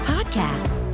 Podcast